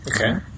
Okay